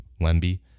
Wemby